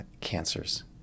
cancers